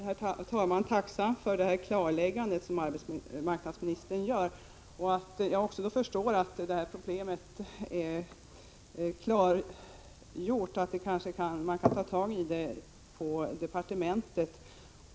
Herr talman! Jag är tacksam för det klarläggande som arbetsmarknadsministern gör och som betyder att man bör kunna ta tag i detta problem på departementet.